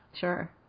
Sure